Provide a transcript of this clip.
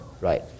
Right